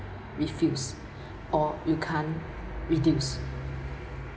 refuse or you can't reduce